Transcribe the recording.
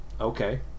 Okay